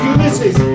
Ulysses